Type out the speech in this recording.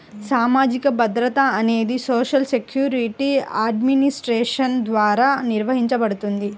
సామాజిక భద్రత అనేది సోషల్ సెక్యూరిటీ అడ్మినిస్ట్రేషన్ ద్వారా నిర్వహించబడుతుంది